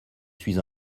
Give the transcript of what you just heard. suis